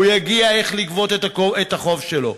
הוא יודע איך לגבות את החוב שלו.